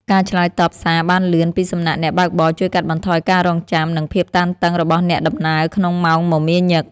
ការឆ្លើយតបសារបានលឿនពីសំណាក់អ្នកបើកបរជួយកាត់បន្ថយការរង់ចាំ និងភាពតានតឹងរបស់អ្នកដំណើរក្នុងម៉ោងមមាញឹក។